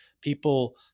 people